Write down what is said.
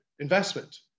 investment